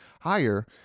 higher